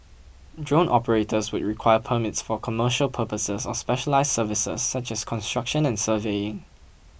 drone operators would require permits for commercial purposes or specialised services such as construction and surveying